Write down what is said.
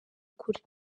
kure